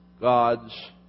God's